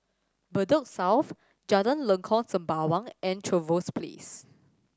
Bedok South Jalan Lengkok Sembawang and Trevose Place